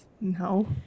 No